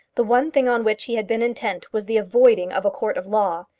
the one thing on which he had been intent was the avoiding of a court of law.